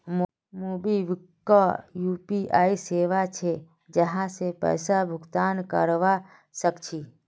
MobiKwik UPI सेवा छे जहासे पैसा भुगतान करवा सक छी